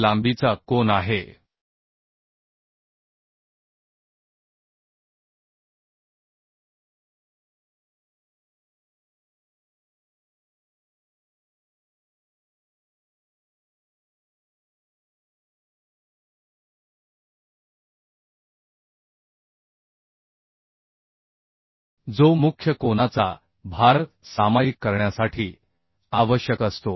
लज कोन हा लहान लांबीचा कोन आहे जो मुख्य कोनाचा भार सामायिक करण्यासाठी आवश्यक असतो